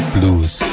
Blues